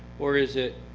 or is it